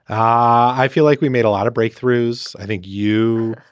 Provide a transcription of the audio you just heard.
i feel like we made a lot of breakthroughs. i think you,